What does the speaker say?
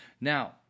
Now